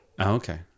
okay